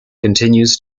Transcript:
continues